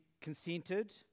consented